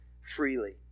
freely